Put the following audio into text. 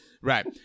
right